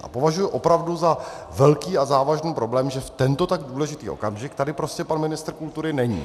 A považuji opravdu za velký a závažný problém, že v tento tak důležitý okamžik tady pan ministr kultury není.